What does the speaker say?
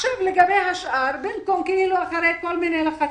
לגבי השאר, אחרי כל מיני לחצים,